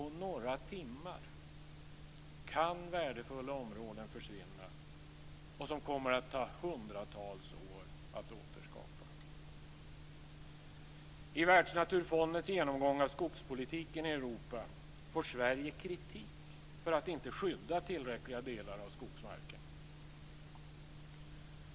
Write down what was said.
På några timmar kan värdefulla områden försvinna som kommer att ta hundratals år att återskapa. I Världnaturfondens genomgång av skogspolitiken i Europa får Sverige kritik för att inte skydda tillräckliga delar av skogsmarken.